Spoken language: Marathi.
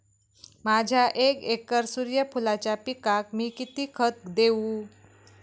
माझ्या एक एकर सूर्यफुलाच्या पिकाक मी किती खत देवू?